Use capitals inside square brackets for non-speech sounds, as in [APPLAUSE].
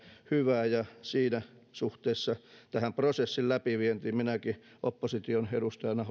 hyvä ja siinä suhteessa tästä prosessin läpiviennistä minäkin opposition edustajana [UNINTELLIGIBLE]